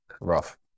rough